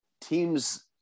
teams